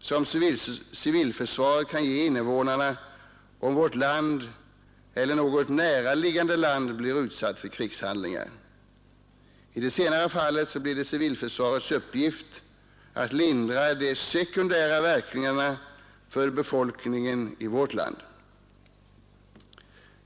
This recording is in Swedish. som civilförsvaret kan ge invånarna, om vårt land eller något näraliggande land blir utsatt för krigshandlingar. I det senare fallet blir det civilförsvarets uppgift att lindra de sekundära verkningarna för befolkningen i vårt land.